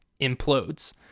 implodes